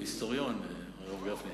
הוא היסטוריון, הרב גפני.